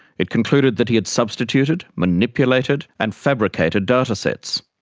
it concluded that he had substituted, manipulated and fabricated data sets.